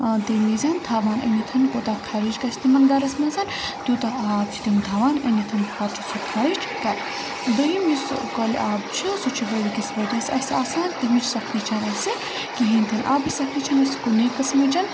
تَمہِ وِزِ تھاوان أنِتھ کوتاہ خرٕچ گَژھِ تِمَن گَرَس منٛز تیوٗتاہ آب چھِ تِم تھاوان أنِتھ تہٕ پَتہٕ چھِ سُہ خرٕچ کَر دوٚیِم یُس کۄلہِ آب چھُ سُہ چھُ ؤری کِس ؤریَس اَسہِ آسان تَمِچ سختی چھَنہٕ اَسہِ کِہیٖنۍ تہِ نہٕ آبٕچ سختی چھَنہٕ اَسہِ کُنے قٕسمٕچ